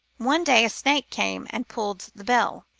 one day a snake came and pulled the bell.